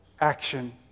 Action